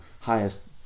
highest